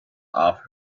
off